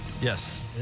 Yes